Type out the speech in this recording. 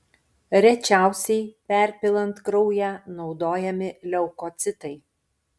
rečiausiai perpilant kraują naudojami leukocitai